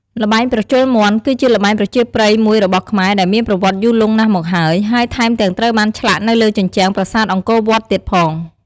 ល្បែងប្រជល់មាន់ គឺជាល្បែងប្រជាប្រិយមួយរបស់ខ្មែរ ដែលមានប្រវត្តិយូរលង់ណាស់មកហើយ ហើយថែមទាំងត្រូវបានឆ្លាក់នៅលើជញ្ជាំងប្រាសាទអង្គរវត្តទៀតផង ។